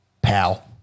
Pal